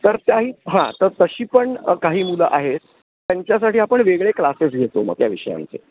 तर त्याही हां तर तशी पण काही मुलं आहेत त्यांच्यासाठी आपण वेगळे क्लासेस घेतो आहे मग त्या विषयांचे